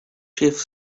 chief